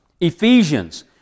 Ephesians